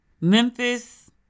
Memphis